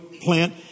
plant